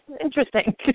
interesting